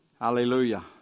Hallelujah